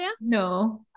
No